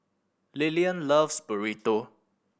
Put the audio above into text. Lilian loves Burrito